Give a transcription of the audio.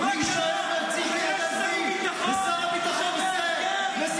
שיש שר ביטחון ----- מחליט להישאר בציר פילדלפי,